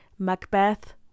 Macbeth